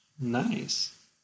nice